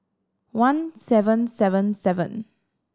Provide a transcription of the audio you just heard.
one seven seven seven